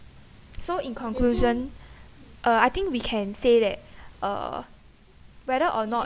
so in conclusion uh I think we can say that uh whether or not